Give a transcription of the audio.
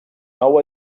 nou